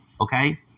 Okay